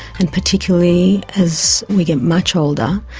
and particularly as we get much older,